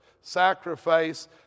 sacrifice